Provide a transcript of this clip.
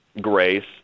Grace